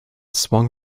swung